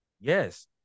yes